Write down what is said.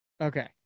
Okay